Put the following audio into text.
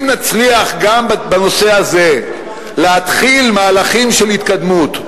אם נצליח גם בנושא הזה להתחיל מהלכים של התקדמות,